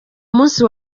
munsi